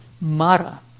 Mara